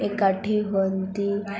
ଏକାଠି ହୁଅନ୍ତି